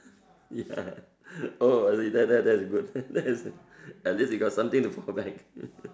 ya oh really that that that is good that is at least he got something to fall back